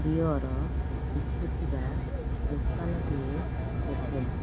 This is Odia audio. ବିଅର୍ ବିକୁଥିବା ଦୋକାନଟିଏ ଖୋଜ